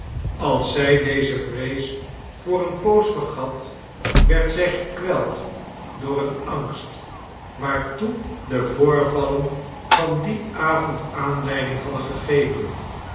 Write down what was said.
als zij deze vrees voor eene poos vergat werd zij gekweld door een angst waartoe de voorvallen van dien avond aanleiding hadden gegeven